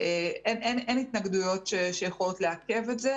אין התנגדויות שיכולות לעכב את זה.